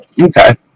Okay